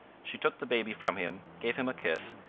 she took the baby from him, gave him a kiss,